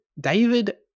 David